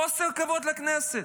חוסר כבוד לכנסת.